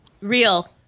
real